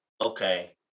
okay